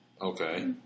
Okay